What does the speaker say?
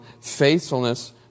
faithfulness